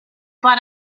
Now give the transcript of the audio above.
but